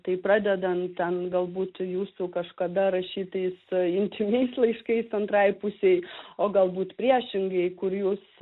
tai pradedant ten galbūt jūsų kažkada rašytais intymiais laiškais antrajai pusei o galbūt priešingai kur jūs